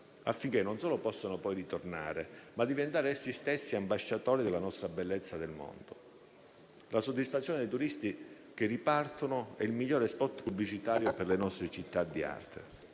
affinché possano poi non solo ritornare, ma diventare essi stessi ambasciatori della nostra bellezza nel mondo. La soddisfazione dei turisti che ripartono è il migliore *spot* pubblicitario per le nostre città d'arte.